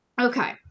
Okay